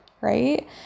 right